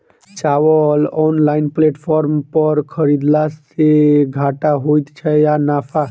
चावल online platform पर खरीदलासे घाटा होइ छै या नफा?